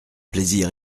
plaisir